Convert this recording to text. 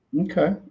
okay